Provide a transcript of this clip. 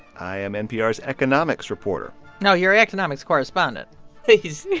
i am npr's economics reporter no, you're economics correspondent he's.